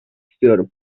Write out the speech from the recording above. istiyorum